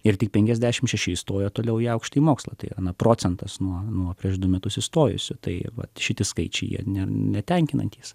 ir tik penkiasdešimt šeši įstojo toliau į aukštąjį mokslą tai yra na procentas nuo nuo prieš du metus įstojusių tai va šitie skaičiai netenkinantys